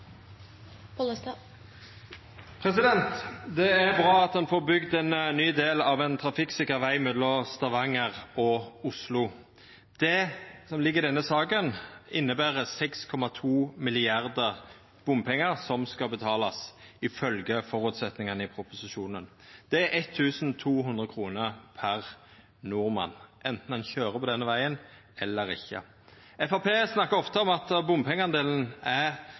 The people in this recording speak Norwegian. lure? Det er bra at ein får bygd ein ny del av ein trafikksikker veg mellom Stavanger og Oslo. Det som ligg i denne saka, inneber 6,2 mrd. kr i bompengar som skal betalast, ifølgje føresetnadene i proposisjonen. Det er 1 200 kr per nordmann, anten ein køyrer på denne vegen eller ikkje. Framstegspartiet snakkar ofte om at bompengedelen er